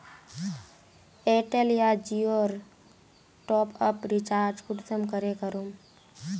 Airtel या जियोर top up recharge कुंसम करे करूम?